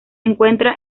encuentra